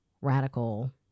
radical